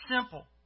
Simple